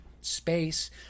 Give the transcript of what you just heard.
space